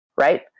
right